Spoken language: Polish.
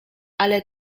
ale